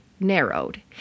narrowed